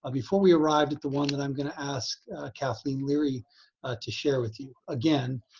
before we arrived at the one that i'm going to ask kathleen leary to share with you, again,